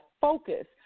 focus